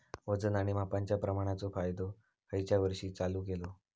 वजन आणि मापांच्या प्रमाणाचो कायदो खयच्या वर्षी चालू केलो?